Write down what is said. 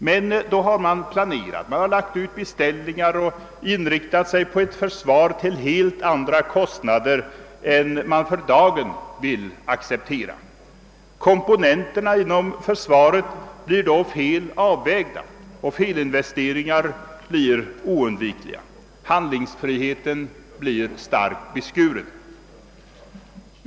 Men man har lagt ut beställningar och inriktat sig på ett försvar till helt andra kostnader än dem man för dagen vill acceptera. Komponenterna inom försvaret blir då fel avvägda, och felinvesteringar blir oundvikliga. Handlingsfriheten blir starkt beskuren.